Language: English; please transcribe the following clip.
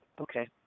okay